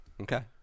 Okay